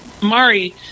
Mari